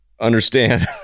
understand